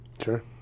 Sure